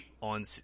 on